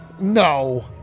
No